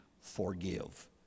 forgive